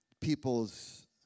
people's